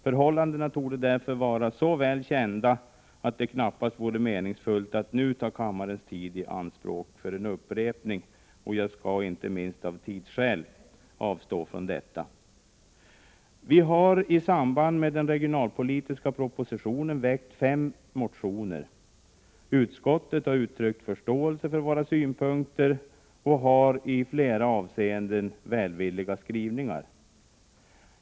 Förhållandena torde därför vara så väl kända att det knappast vore meningsfullt att nu ta kammarens tid i anspråk för en upprepning. Jag skall därför avstå från det. I samband med den regionalpolitiska propositionen har vi väckt fem motioner. Utskottet har uttryckt förståelse för våra synpunkter och har i flera avseenden gjort välvilliga skrivningar.